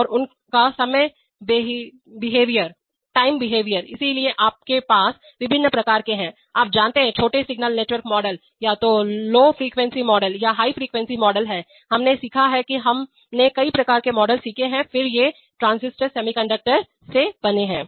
और उनका समय बिहेवियर इसलिए आपके पास विभिन्न प्रकार के हैं आप जानते हैं छोटे सिग्नल नेटवर्क मॉडल या तो लो फ्रिकवेंसी मॉडल या हाई फ्रिकवेंसी मॉडल हैं हमने सीखा है कि हमने कई प्रकार के मॉडल सीखे हैं फिर से ट्रांजिस्टर सेमीकंडक्टर से बने हैं